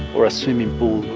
or a swimming pool,